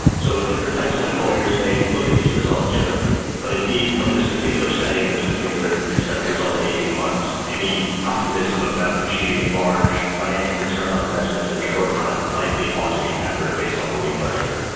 so different types of employers may look at these results differently. but indeed from this particular setting and this particular set of results at eighteen months, any optimism about achieving large financial returns on investment in the short run likely ought to be tempered based on what we've learned here.